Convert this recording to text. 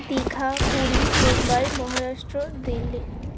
Digha Puri Mumbai Maharashtra Delhi